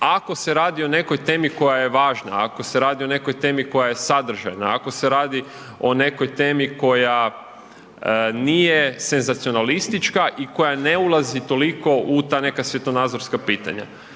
ako se radi o nekoj temi koja je važna, ako se radi o nekoj temi koja je sadržajna, ako se radi o nekoj temi koja nije senzacionalistička i koja ne ulazi toliko u ta neka svjetonazorska pitanja,